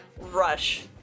rush